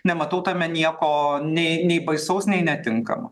nematau tame nieko nei nei baisaus nei netinkamo